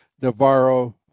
Navarro